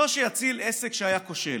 לא שיציל עסק שהיה כושל